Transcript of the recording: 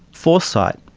foresight,